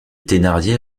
thénardier